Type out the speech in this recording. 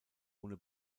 ohne